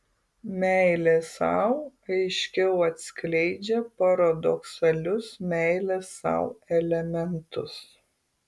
meilė sau aiškiau atskleidžia paradoksalius meilės sau elementus